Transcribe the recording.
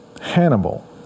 Hannibal